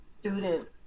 student